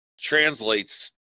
translates